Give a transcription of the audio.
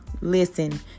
listen